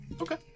Okay